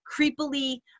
creepily